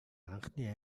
анхны